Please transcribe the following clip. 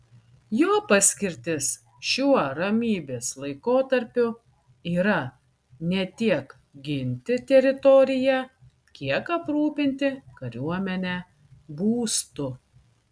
jo paskirtis šiuo ramybės laikotarpiu yra ne tiek ginti teritoriją kiek aprūpinti kariuomenę būstu